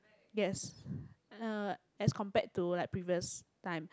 yes uh as compared to like previous time